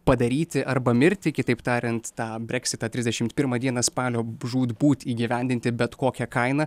padaryti arba mirti kitaip tariant tą breksitą trisdešim pirmą dieną spalio žūtbūt įgyvendinti bet kokia kaina